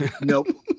Nope